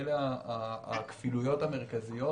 אלה הכפילויות המרכזיות.